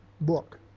book